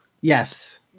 Yes